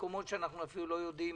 מקומות שאנחנו אפילו לא יודעים